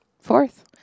Fourth